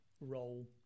role